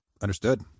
Understood